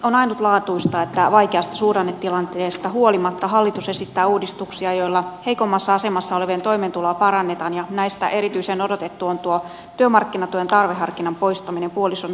on ainutlaatuista että vaikeasta suhdannetilanteesta huolimatta hallitus esittää uudistuksia joilla heikommassa asemassa olevien toimeentuloa parannetaan ja näistä erityisen odotettu on tuo työmarkkinatuen tarveharkinnan poistaminen puolison tulojen osalta